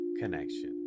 connection